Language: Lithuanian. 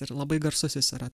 ir labai garsus jis yra